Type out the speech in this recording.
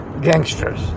gangsters